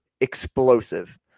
explosive